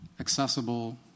accessible